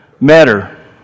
matter